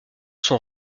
sont